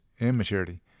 immaturity